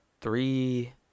three